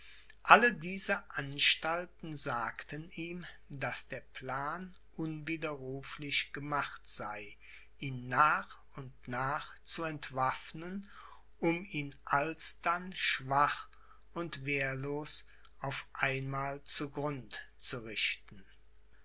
alle diese anstalten sagten ihm daß der plan unwiderruflich gemacht sei ihn nach und nach zu entwaffnen um ihn alsdann schwach und wehrlos auf einmal zu grund zu richten